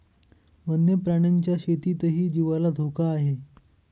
वन्य प्राण्यांच्या शेतीतही जीवाला धोका आहे